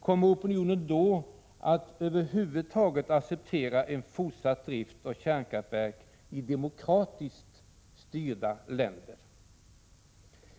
Kommer opinionen då att över huvud taget acceptera en fortsatt drift av kärnkraftverk i demokratiskt styrda länder?